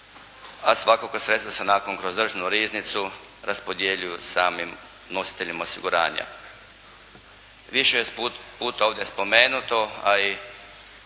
a svakako sredstva se onda kroz državnu riznicu raspodjeljuju samim nositeljima osiguranja. Više puta je ovdje spomenuto, a i